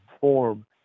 form